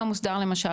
לא מוסדר למשל,